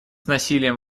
насилием